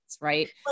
right